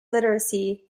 literacy